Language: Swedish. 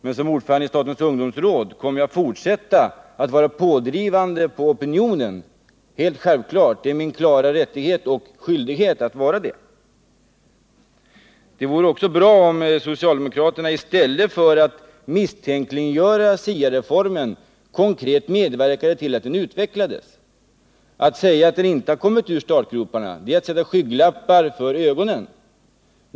Men som ordförande i statens ungdomsråd kommer jag att fortsätta att vara pådrivande på opinionen — helt självklart. Det är min klara rättighet och skyldighet att vara det. Det vore också bra om socialdemokraterna, i stället för att misstänkliggöra SIA-reformen, konkret medverkade till att den utvecklades. Att säga att den inte kommit ur startgroparna är att sätta skygglappar för ögonen.